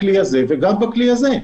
ואנחנו משתמשים גם בכלי הזה וגם בכלי הזה,